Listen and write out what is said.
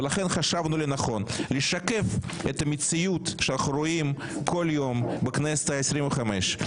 ולכן חשבנו לנכון לשקף את המציאות שאנחנו רואים כל יום בכנסת ה-25.